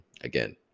again